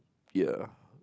ya